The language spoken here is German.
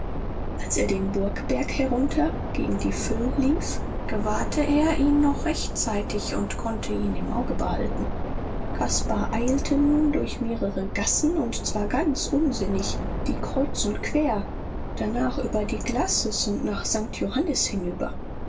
als er den burgberg herunter gegen die füll lief gewahrte er ihn noch rechtzeitig und konnte ihn im auge behalten caspar eilte nun durch mehrere gassen und zwar ganz unsinnig die kreuz und quer danach über die glacis und nach st johannis hinüber